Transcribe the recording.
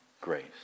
grace